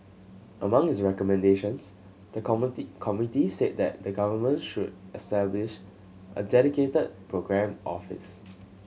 among its recommendations the committee committee said that the government should establish a dedicated programme office